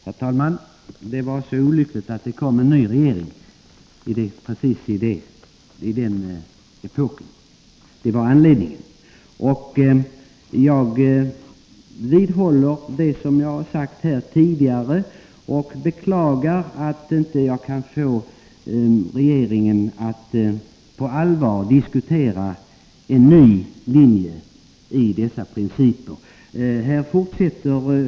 Herr talman! Det var så olyckligt att det kom en ny regering precis vid den tidpunkten. Det var anledningen. Jag vidhåller vad jag tidigare sagt och beklagar att jag inte kan få regeringen att på allvar diskutera en ny linje när det gäller dessa principfrågor.